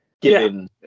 Given